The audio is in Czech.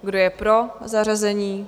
Kdo je pro zařazení?